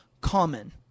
common